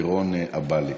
לירון אבלי,